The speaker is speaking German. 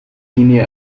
linie